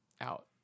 out